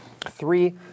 three